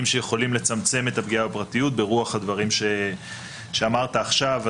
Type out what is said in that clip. שיכולים לצמצם את הפגיעה בפרטיות ברוח הדברים שאמרת עכשיו,